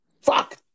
Fuck